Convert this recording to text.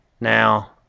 Now